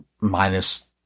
minus